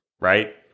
Right